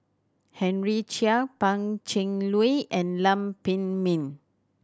Henry Chia Pan Cheng Lui and Lam Pin Min